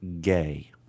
gay